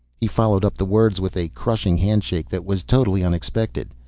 he followed up the words with a crushing handshake that was totally unexpected.